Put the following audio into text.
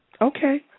Okay